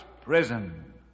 Prison